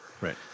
Right